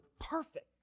perfect